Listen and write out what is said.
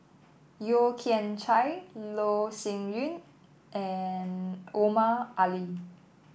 Yeo Kian Chye Loh Sin Yun and Omar Ali